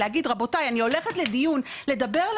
להגיד רבותיי אני הולכת לדיון לדבר על